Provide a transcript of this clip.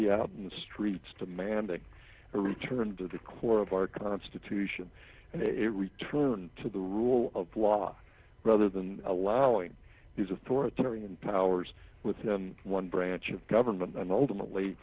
be in the streets demanding a return to the core of our constitution and a return to the rule of law rather than allowing these authoritarian powers with one branch of government and ultimately